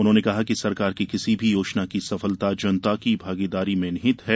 उन्होंने कहा कि सरकार की किसी भी योजना की सफलता जनता की भागीदारी में निहित है